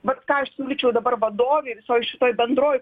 vat ką aš siūlyčiau dabar vadovei visoj šitoj bendroj